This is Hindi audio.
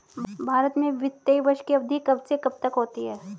भारत में वित्तीय वर्ष की अवधि कब से कब तक होती है?